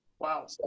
Wow